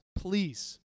please